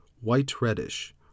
white-reddish